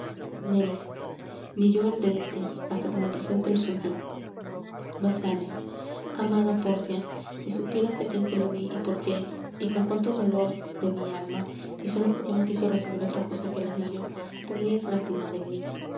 ni yo el de éste hasta que me presente el suyo basanio amada pórcia si supieras á quién se lo dí y por qué y con cuánto dolor de mi alma y sólo porque no quiso recibir otra cosa que el anillo tendrias lástima de mí